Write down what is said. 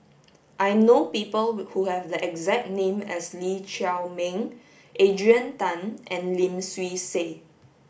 I know people who have the exact name as Lee Chiaw Meng Adrian Tan and Lim Swee Say